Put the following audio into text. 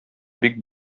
бик